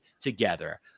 together